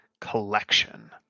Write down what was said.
collection